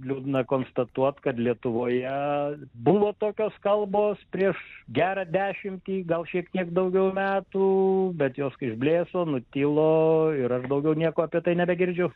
liūdna konstatuot kad lietuvoje buvo tokios kalbos prieš gerą dešimtį gal šiek tiek daugiau metų bet jos kai išblėso nutilo ir aš daugiau nieko apie tai nebegirdžiu